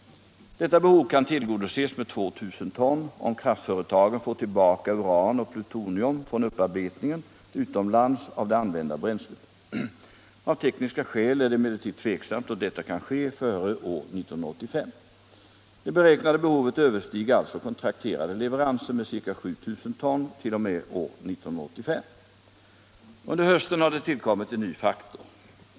Detta behov kan tillgodoses med 2 000 ton om kraftföretagen får tillbaka uran och plutonium från upparbetningen utomlands av det använda bränslet. Av tekniska skäl är det emellertid tveksamt om detta kan ske före år 1985. Det beräknade behovet överstiger alltså kontrakterade leveranser med ca 7000 ton t.o.m. år 1985. Under hösten har det tillkommit en ny faktor.